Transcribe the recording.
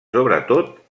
sobretot